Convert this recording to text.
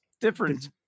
different